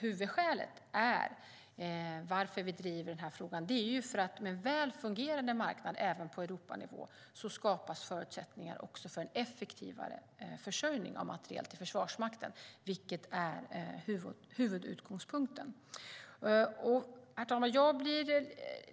Huvudskälet är ju inte industrins behov, utan det är för att med en väl fungerande marknad även på Europanivå skapas förutsättningar också för en effektivare försörjning av materiel till Försvarsmakten, och det är alltså huvudutgångspunkten. Herr talman!